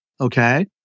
okay